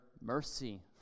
mercy